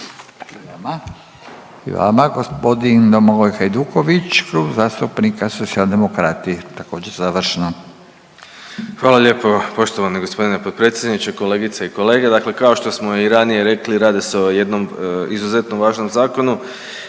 i vama. Gospodin Domagoj Hajduković, Klub zastupnika Socijaldemokrati također završno. **Hajduković, Domagoj (Socijaldemokrati)** Hvala lijepo poštovani gospodine potpredsjedniče. Kolegice i kolege, dakle kao što smo i ranije rekli radi se o jednom izuzetno važnom zakonu